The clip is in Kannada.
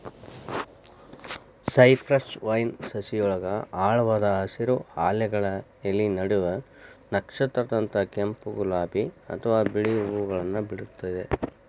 ಸೈಪ್ರೆಸ್ ವೈನ್ ಸಸಿಯೊಳಗ ಆಳವಾದ ಹಸಿರು, ಹಾಲೆಗಳ ಎಲಿ ನಡುವ ನಕ್ಷತ್ರದಂತ ಕೆಂಪ್, ಗುಲಾಬಿ ಅತ್ವಾ ಬಿಳಿ ಹೂವುಗಳನ್ನ ಬಿಡ್ತೇತಿ